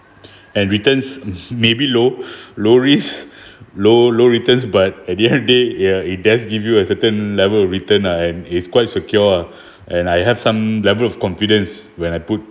and returns maybe low low risk low low returns but at the end of day ya it does give you a certain level return lah and it's quite secure and I have some level of confidence when I put